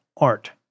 art